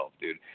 dude